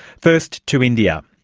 first, to india.